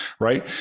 right